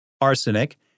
Arsenic